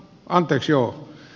anteeksi oopp